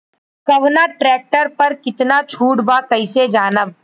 कवना ट्रेक्टर पर कितना छूट बा कैसे जानब?